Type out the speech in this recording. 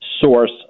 source